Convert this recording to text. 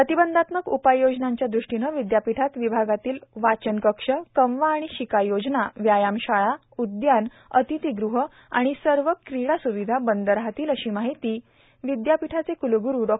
प्रतिबंधात्मक उपाययोजनांच्या दृष्टीने विद्यापीठात विभागातील वाचन कक्ष कमवा व शिका योजना व्यायाम शाळा उद्यान अिथतीग़ह व सर्व क्रीडा स्विधा बंद राहतील अशी माहिती विद्यापीठाचे प्रभावी क्लसचिव डॉ